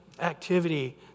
activity